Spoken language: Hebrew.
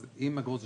אז עם אגרות זה